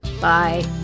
Bye